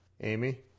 Amy